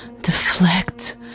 deflect